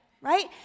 right